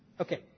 Okay